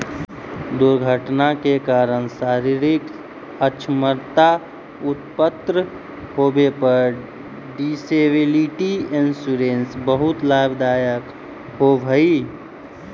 दुर्घटना के कारण शारीरिक अक्षमता उत्पन्न होवे पर डिसेबिलिटी इंश्योरेंस बहुत लाभदायक होवऽ हई